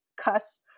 cuss